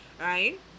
right